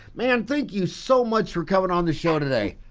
man thank you so much for coming on the show today.